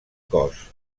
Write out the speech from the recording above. cos